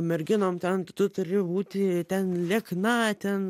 merginom ten tu turi būti ten liekna ten